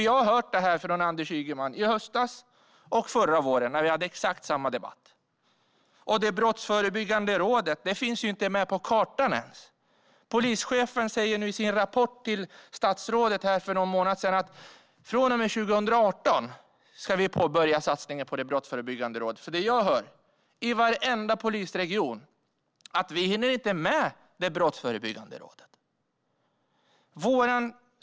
Jag har hört detta från Anders Ygeman i höstas och förra våren, när vi hade exakt samma debatt. Brottsförebyggande rådet finns inte ens med på kartan. Polischefen sa i sin rapport till statsrådet för någon månad sedan att vi från och med 2018 ska påbörja satsningen på Brottsförebyggande rådet. Jag hör i varenda polisregion att man inte hinner med Brottsförebyggande rådet.